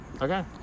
okay